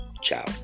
Ciao